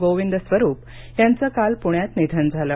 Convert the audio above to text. गोविंद स्वरूप यांचं काल पुण्यात निधन झाले